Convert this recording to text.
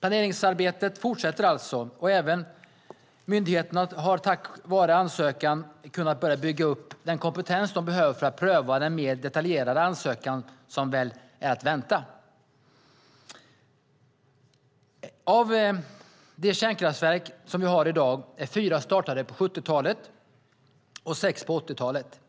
Planeringsarbetet fortsätter alltså, och även myndigheten har tack vare ansökan kunnat börja bygga upp den kompetens de behöver för att pröva den mer detaljerade ansökan som väl är att vänta. Av de kärnkraftverk vi har i dag startades fyra på 1970-talet och sex på 1980-talet.